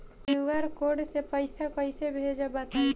QR code से पईसा कईसे भेजब बताई?